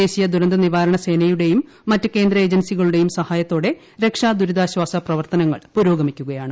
ദേശീയ ദുരന്ത നിവാരണ സേനയുടെയും മറ്റ് കേന്ദ്ര എജൻസികളുടെയും സഹായത്തോടെ രക്ഷാ ദുരിതാശ്ചാസ പ്രവർത്തനങ്ങൾ പുരോഗമിക്കുകയാണ്